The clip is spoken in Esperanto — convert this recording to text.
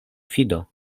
fido